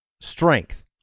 strength